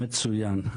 מצוין.